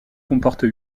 comporte